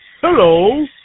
Hello